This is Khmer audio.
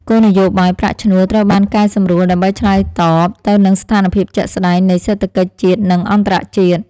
គោលនយោបាយប្រាក់ឈ្នួលត្រូវបានកែសម្រួល ដើម្បីឆ្លើយតបទៅនឹងស្ថានភាពជាក់ស្តែងនៃសេដ្ឋកិច្ចជាតិនិងអន្តរជាតិ។